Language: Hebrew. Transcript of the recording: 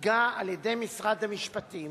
הוצגה על-ידי משרד המשפטים,